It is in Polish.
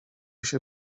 się